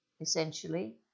essentially